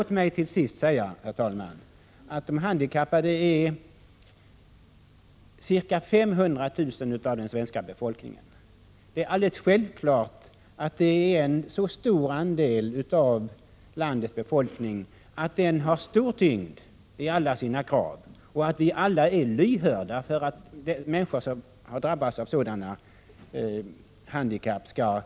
Låt mig till sist säga att de handikappade utgör ca 500 000 av den svenska befolkningen. Det är självfallet en så stor andel av landets befolkning att den kan lägga stor tyngd bakom alla sina krav och att vi alla är lyhörda för att människor som har drabbats av handikapp i görligaste mån Prot.